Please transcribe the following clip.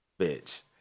Bitch